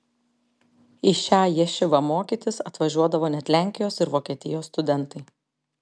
į šią ješivą mokytis atvažiuodavo net lenkijos ir vokietijos studentai